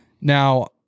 Now